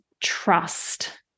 trust